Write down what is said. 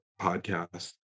podcast